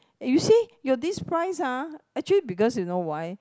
eh you see your this price ah actually because you know why